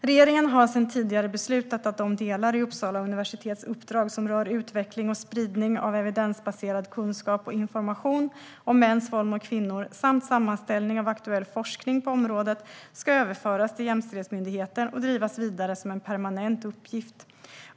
Regeringen har sedan tidigare beslutat att de delar i Uppsala universitets uppdrag som rör utveckling och spridning av evidensbaserad kunskap och information om mäns våld mot kvinnor samt sammanställning av aktuell forskning inom området ska överföras till jämställdhetsmyndigheten och drivas vidare som en permanent uppgift.